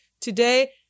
today